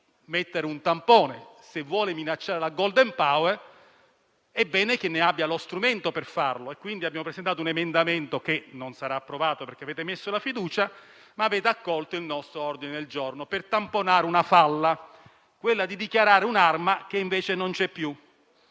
mettere un tampone: se vuole minacciare il *golden power*, è bene che abbia lo strumento per farlo. Pertanto abbiamo presentato un emendamento che non sarà approvato perché porrete la fiducia. Avete però accolto il nostro ordine del giorno per tamponare una falla: quella di dichiarare un'arma che invece non c'è più.